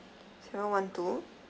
seven one two